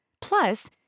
Plus